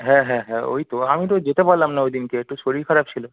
হ্যাঁ হ্যাঁ হ্যাঁ ওই তো আমি তো যেতে পারলাম না ওই দিনকে একটু শরীর খারাপ ছিলো